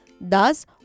thus